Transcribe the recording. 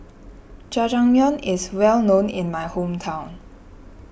Jajangmyeon is well known in my hometown